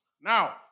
Now